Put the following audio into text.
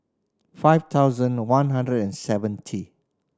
five thousand one hundred and seventy